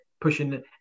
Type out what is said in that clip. pushing